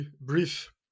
brief